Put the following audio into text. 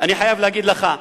אני חייבת להגיד לך,